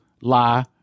lie